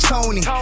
Tony